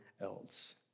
else